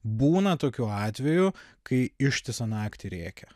būna tokių atvejų kai ištisą naktį rėkia